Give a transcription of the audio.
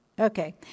okay